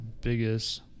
biggest